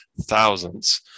thousands